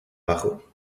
abajo